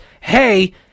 hey